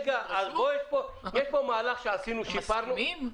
אם הם מסכימים?